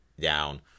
down